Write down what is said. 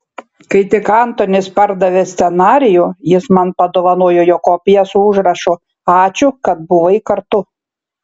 kai tik antonis pardavė scenarijų jis man padovanojo jo kopiją su užrašu ačiū kad buvai kartu